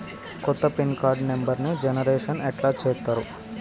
కొత్త pin card నెంబర్ని generation ఎట్లా చేత్తరు?